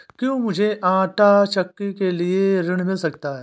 क्या मूझे आंटा चक्की के लिए ऋण मिल सकता है?